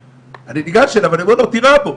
אני ניגש אליו ואומר לו 'תירה בו',